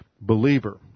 believer